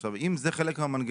עכשיו, אם זה חלק מהמנגנון